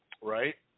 right